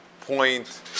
point